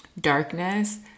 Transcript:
darkness